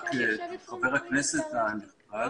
לחבר הכנסת הנכבד.